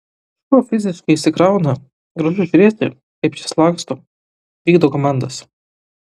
šuo fiziškai išsikrauna gražu žiūrėti kaip jis laksto vykdo komandas